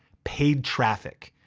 paid traffic,